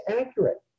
accurate